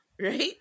right